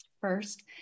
First